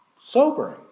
sobering